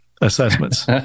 assessments